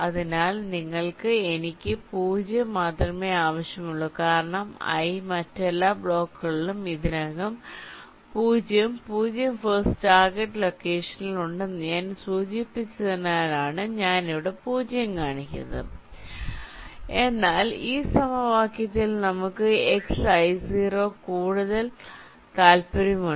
അതിനാൽ നിങ്ങൾക്ക് എനിക്ക് 0 മാത്രമേ ആവശ്യമുള്ളൂ കാരണം i മറ്റെല്ലാ ബ്ലോക്കുകളും ഇതിനകം 0 0 ഫോഴ്സ് ടാർഗെറ്റ് ലൊക്കേഷനിൽ ഉണ്ടെന്ന് ഞാൻ സൂചിപ്പിച്ചതിനാലാണ് ഞാൻ ഇവിടെ 0 കാണിക്കുന്നത് എന്നാൽ ഈ സമവാക്യത്തിൽ നമുക്ക് xi0 ൽ കൂടുതൽ താൽപ്പര്യമുണ്ട്